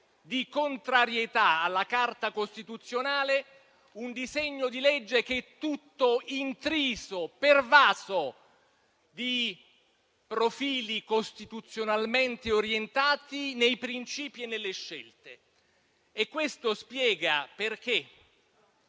di contrarietà alla Carta costituzionale un disegno di legge che è tutto intriso, pervaso, di profili costituzionalmente orientati nei principi e nelle scelte. Questo spiega perché